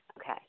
Okay